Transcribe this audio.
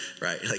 right